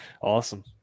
Awesome